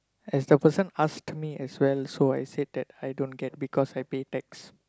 as the person asked me as well so I said that I don't get because I pay tax